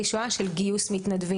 שואה פונים אלינו בנוגע אליה גיוס מתנדבים.